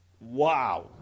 Wow